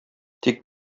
тик